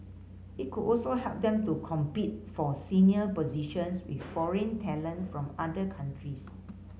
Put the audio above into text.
it could also help them to compete for senior positions with foreign talent from other countries